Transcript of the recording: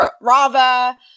Rava